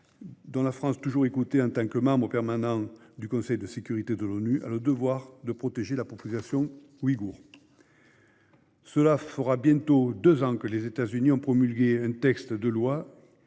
dont la France, toujours écoutée en tant que membre permanent du Conseil de sécurité de l'ONU, a le devoir de protéger la population ouïghoure. Cela fera bientôt deux ans que les États-Unis ont promulgué un texte de loi